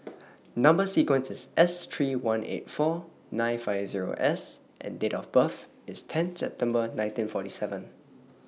Number sequence IS S three one eight four nine five Zero S and Date of birth IS ten September nineteen forty seven